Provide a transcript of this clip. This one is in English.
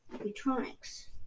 electronics